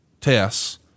tests